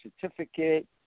certificate